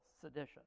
sedition